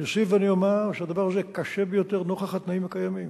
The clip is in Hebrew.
אני אוסיף ואני אומר שהדבר הזה קשה ביותר נוכח התנאים הקיימים,